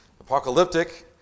apocalyptic